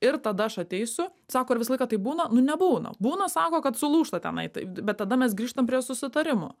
ir tada aš ateisiu sako ir visą laiką taip būna nu nebūna būna sako kad sulūžta tenai taip bet tada mes grįžtam prie susitarimo